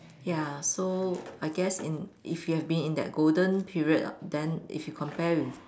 ya so I guess in if you had been in that golden period then if you compare with